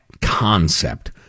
concept